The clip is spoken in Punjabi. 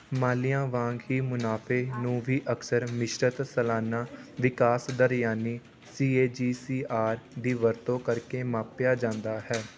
ਮਾਲੀਆ ਵਾਂਗ ਹੀ ਮੁਨਾਫੇ ਨੂੰ ਵੀ ਅਕਸਰ ਮਿਸ਼ਰਤ ਸਾਲਾਨਾ ਵਿਕਾਸ ਦਰ ਯਾਨੀ C A G C R ਦੀ ਵਰਤੋਂ ਕਰਕੇ ਮਾਪਿਆ ਜਾਂਦਾ ਹੈ